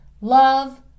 love